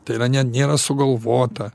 tai yra ne nėra sugalvota